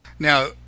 Now